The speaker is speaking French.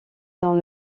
dans